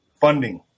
funding